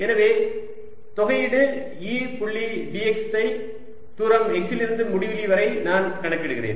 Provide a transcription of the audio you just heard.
எனவே தொகையீடு E புள்ளி dx ஐ தூரம் x இலிருந்து முடிவிலி வரை நான் கணக்கிடுகிறேன்